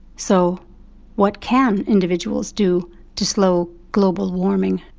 so what can individuals do to slow global warming?